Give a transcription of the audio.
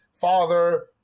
father